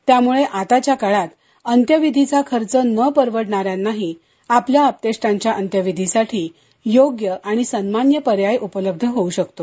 त्यामुळे आताच्या काळात अंत्यविधीचा खर्च न परवडणार्यांनाही आपल्या आप्तेष्टांच्या अंत्यविधीसाठी योग्य आणि सन्मान्य पर्याय उपलब्ध होऊ शकतो